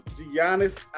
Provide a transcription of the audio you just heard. Giannis